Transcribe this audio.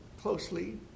closely